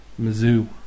Mizzou